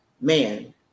man